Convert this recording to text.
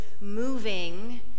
moving